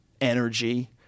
energy